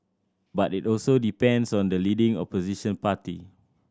but it also depends on the leading opposition party